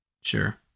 sure